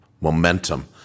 momentum